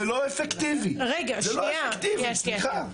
זה לא אפקטיבי, סליחה.